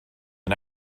and